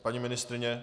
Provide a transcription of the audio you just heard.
Paní ministryně?